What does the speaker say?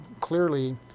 clearly